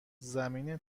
زمین